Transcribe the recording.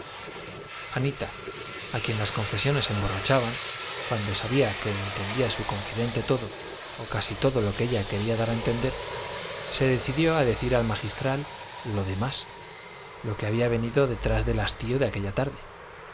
anita a quien las confesiones emborrachaban cuando sabía que entendía su confidente todo o casi todo lo que ella quería dar a entender se decidió a decir al magistral lo demás lo que había venido detrás del hastío de aquella tarde